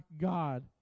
god